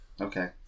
Okay